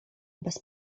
bez